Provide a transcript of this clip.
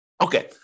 Okay